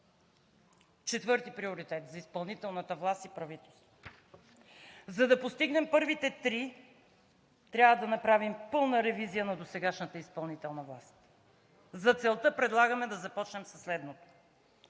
Четвърти приоритет – за изпълнителната власт и правителството. За да постигнем първите три, трябва да направим пълна ревизия на досегашната изпълнителна власт. За целта предлагаме да започнем със следното: